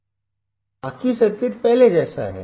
और बाकी सर्किट पहले जैसा है